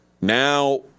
Now